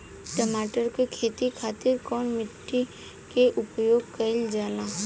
टमाटर क खेती खातिर कवने मिट्टी के उपयोग कइलजाला?